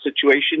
situation